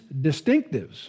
distinctives